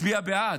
הצביע בעד.